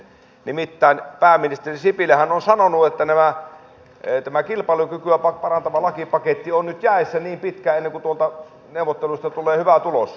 nimittäin pääministeri sipilähän on sanonut että tämä kilpailukykyä parantava lakipaketti on nyt jäissä niin pitkään kunnes tuolta neuvotteluista tulee hyvä tulos